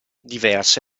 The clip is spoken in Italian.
diverse